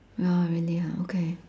oh really ah okay